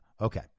Okay